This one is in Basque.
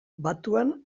batuan